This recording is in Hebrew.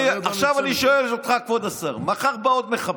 עכשיו אני שואל אותך, כבוד השר: מחר בא עוד מחבל.